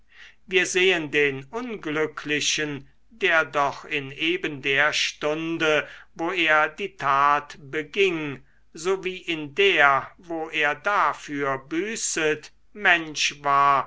wir sehen den unglücklichen der doch in eben der stunde wo er die tat beging so wie in der wo er dafür büßet mensch war